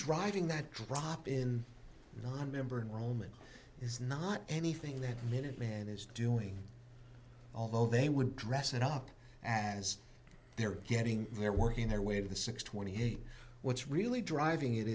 driving that drop in nonmember roman is not anything that minuteman is doing although they would dress it up as they're getting they're working their way to the six twenty eight what's really driving it